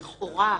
לכאורה,